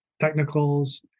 technicals